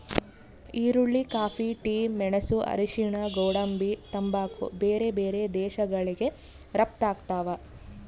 ಈರುಳ್ಳಿ coffee tea ಮೆಣಸು ಅರಿಶಿಣ ಗೋಡಂಬಿ ತಂಬಾಕು ಬೇರೆ ಬೇರೆ ದೇಶಗಳಿಗೆ ರಪ್ತಾಗ್ತಾವ